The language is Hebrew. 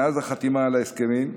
מאז החתימה על ההסכמים,